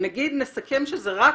גם אם נגיד שזה רק